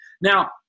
Now